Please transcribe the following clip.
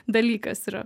dalykas yra